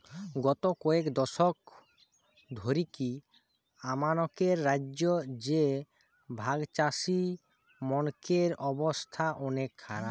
গত কয়েক দশক ধরিকি আমানকের রাজ্য রে ভাগচাষীমনকের অবস্থা অনেক খারাপ